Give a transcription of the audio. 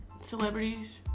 celebrities